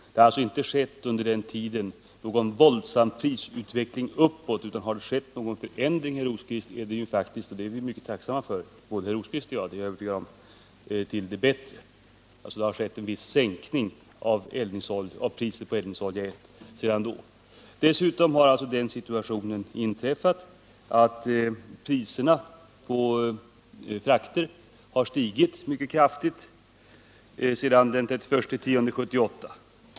Under denna tid har det alltså inte skett någon våldsam prisutveckling uppåt, utan har det skett någon förändring, herr Rosqvist, så är det faktiskt en förändring till det bättre, vilket jag tycker är mycket glädjande, och jag är övertygad om att också herr Rosqvist tycker det. Det har alltså skett en viss sänkning av priset på eldningsolja 1. Vidare har den situationen inträffat att priserna på frakter har stigit mycket kraftigt sedan den 31 oktober 1978.